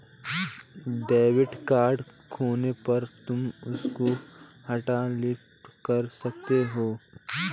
debit card खोने पर तुम उसको हॉटलिस्ट कर सकती हो